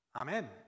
Amen